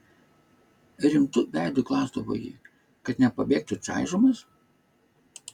rimtu veidu klausdavo ji kad nepabėgtų čaižomas